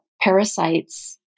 parasites